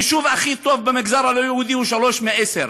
היישוב הכי טוב במגזר הלא-יהודי הוא 3 מ-10.